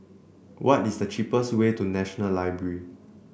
what is the cheapest way to National Library